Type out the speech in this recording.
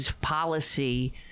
policy